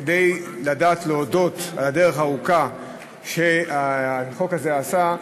כדי לדעת להודות על הדרך הארוכה שהחוק הזה עשה,